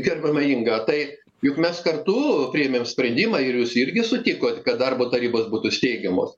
gerbiama inga tai juk mes kartu priėmėm sprendimą ir jūs irgi sutikot kad darbo tarybos būtų steigiamos